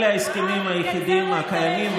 אלה ההסכמים היחידים הקיימים,